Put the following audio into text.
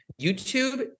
YouTube